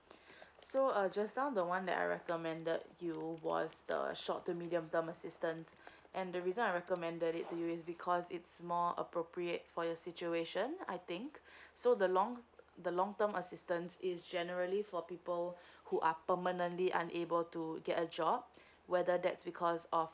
so uh just now the one that I recommended you was the short to medium term assistance and the reason I recommended it to you is because it's more appropriate for your situation I think so the long the long term assistance is generally for people who are permanently unable to to get a job whether that's because of